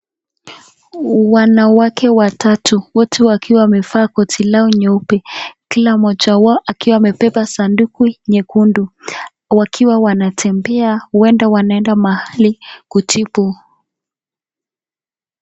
Wanawake watatu, wote wakiwa wamevaa koti lao nyeupe, pia mmoja wao akiwa amebeba sanduku nyekundu, wakiwa wanatembea, huenda wanaenda mahali, kutibu.